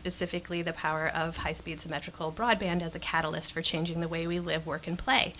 specifically the power of high speed symmetrical broadband as a catalyst for changing the way we live work and play